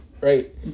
Right